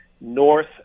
North